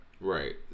Right